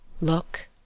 Look